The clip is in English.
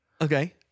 okay